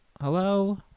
hello